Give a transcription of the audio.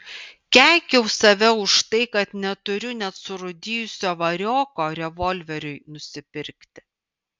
keikiau save už tai kad neturiu net surūdijusio varioko revolveriui nusipirkti